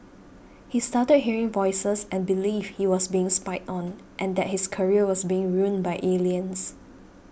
he started hearing voices and believed he was being spied on and that his career was being ruined by aliens